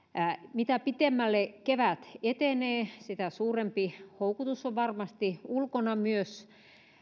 mitä pitemmälle kevät etenee sitä suurempi houkutus on varmasti ulkona myös